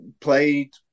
played